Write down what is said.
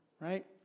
right